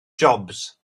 jobs